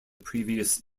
previous